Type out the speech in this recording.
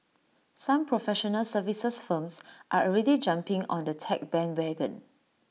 some professional services firms are already jumping on the tech bandwagon